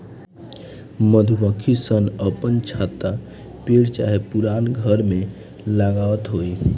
मधुमक्खी सन अपन छत्ता पेड़ चाहे पुरान घर में लगावत होई